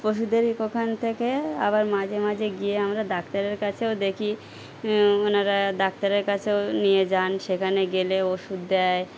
পশুদের ওখান থেকে আবার মাঝে মাঝে গিয়ে আমরা ডাক্তারের কাছেও দেখি ওনারা ডাক্তারের কাছেও নিয়ে যান সেখানে গেলে ওষুধ দেয়